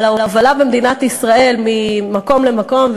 אבל ההובלה במדינת ישראל ממקום למקום,